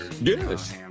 Yes